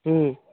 हूँ